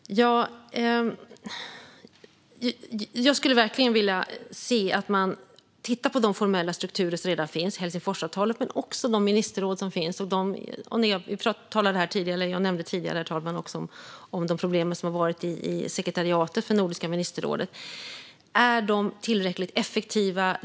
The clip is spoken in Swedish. Herr talman! Jag skulle verkligen vilja se att man tittade på de formella strukturer som redan finns, både Helsingforsavtalet och de ministerråd som finns. Jag nämnde tidigare, herr talman, de problem som har funnits i sekretariatet för Nordiska ministerrådet. Är de tillräckligt effektiva?